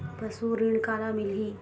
पशु ऋण काला मिलही?